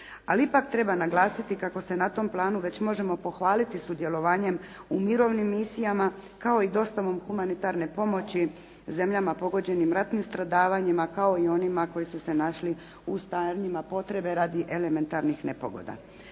Ali ipak treba naglasiti kako se na tom planu već možemo pohvaliti sudjelovanjem u mirovnim misijama kao i dostavom humanitarne pomoći zemljama pogođenim ratnim stradavanjima kao i onima koji su se našli u stanjima potrebe radi elementarnih nepogoda.